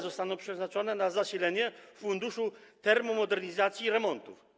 Zostaną przeznaczone na zasilenie Funduszu Termomodernizacji i Remontów.